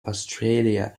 australia